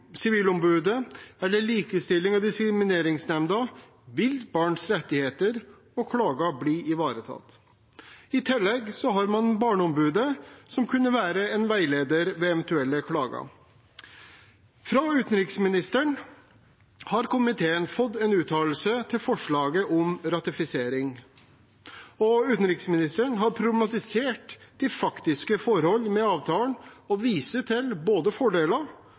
Sivilombudet eller Likestillings- og diskrimineringsnemnda vil barns rettigheter og klager bli ivaretatt. I tillegg har man Barneombudet, som kunne være en veileder ved eventuelle klager. Fra utenriksministeren har komiteen fått en uttalelse til forslaget om ratifisering. Utenriksministeren har problematisert de faktiske forhold med avtalen og viser til både fordeler